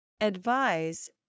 Advise